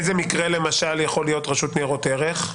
איזה מקרה למשל יכול להיות רשות ניירות ערך?